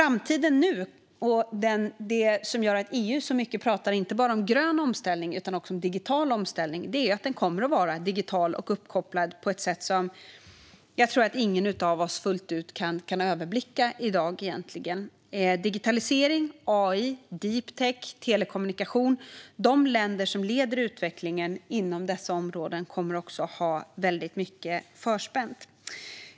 Framtiden - det som gör att EU pratar så mycket inte bara om grön omställning utan också om digital omställning - kommer att vara digital och uppkopplad på ett sätt som jag tror att ingen av oss fullt ut kan överblicka i dag. Det handlar om digitalisering, AI, deep tech och telekommunikation. De länder som leder utvecklingen inom dessa områden kommer också att ha väldigt mycket förspänt.